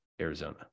Arizona